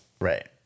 right